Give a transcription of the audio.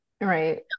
Right